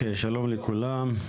שלום לכולם.